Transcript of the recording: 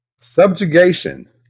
Subjugation